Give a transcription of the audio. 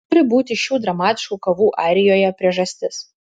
turi būti šių dramatiškų kovų airijoje priežastis